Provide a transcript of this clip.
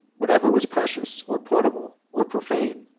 whatever was precious, or portable, or profane,